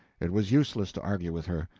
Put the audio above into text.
it was useless to argue with her.